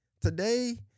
today